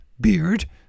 beard